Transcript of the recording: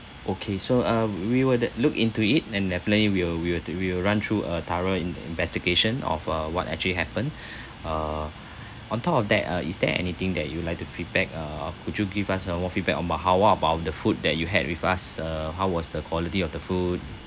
okay so uh we will de~ look into it and definitely we will we will th~ we will run through a thorough in~ investigation of uh what actually happened uh on top of that uh is there anything that you would like to feedback uh would you give us uh more feedback on m~ how about the food that you had with us uh how was the quality of the food